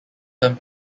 term